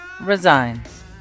resigns